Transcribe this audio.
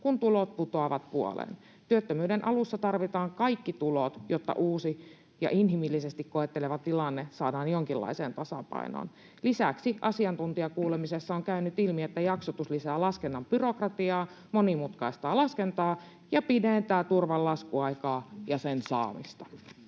kun tulot putoavat puoleen. Työttömyyden alussa tarvitaan kaikki tulot, jotta uusi ja inhimillisesti koetteleva tilanne saadaan jonkinlaiseen tasapainoon. Lisäksi asiantuntijakuulemisessa on käynyt ilmi, että jaksotus lisää laskennan byrokratiaa, monimutkaistaa laskentaa ja pidentää turvan laskuaikaa ja saamista.